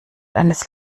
eines